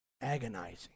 agonizing